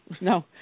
no